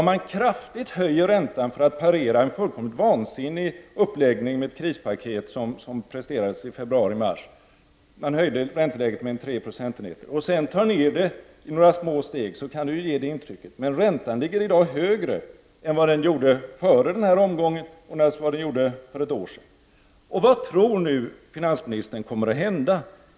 Om man kraftigt höjer räntan för att parera den fullkomligt vansinniga uppläggningen med det krispaket som presterades under februari och mars — man höjde då ränteläget med 3 procentenheter — och sedan tar ner den i några små steg, så kan det ju ge det intrycket. Men räntan ligger i dag högre än vad den gjorde före den omgången och högre än för ett år sedan. Vad tror nu finansministern kommer att hända?